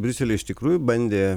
briuselyje iš tikrųjų bandė